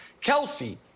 Kelsey